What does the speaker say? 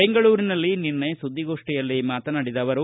ಬೆಂಗಳೂರಿನಲ್ಲಿ ನಿನ್ನೆ ಸುದ್ದಿಗೋಷ್ಠಿಯಲ್ಲಿ ಮಾತನಾಡಿದ ಅವರು